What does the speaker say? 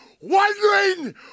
wondering